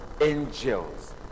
angels